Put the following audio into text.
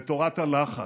את תורת הלחץ.